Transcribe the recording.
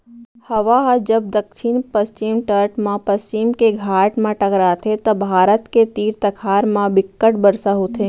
हवा ह जब दक्छिन पस्चिम तट म पस्चिम के घाट म टकराथे त भारत के तीर तखार म बिक्कट बरसा होथे